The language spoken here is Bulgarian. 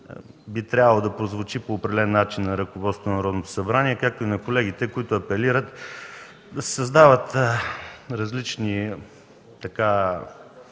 би трябвало да прозвучи по определен начин на ръководството на Народното събрание, както и на колегите, които апелират да се създават различни органи,